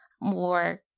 more